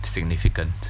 significant